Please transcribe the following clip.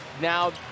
Now